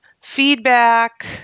feedback